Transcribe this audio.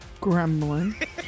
gremlin